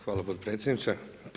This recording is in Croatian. Hvala potpredsjedniče.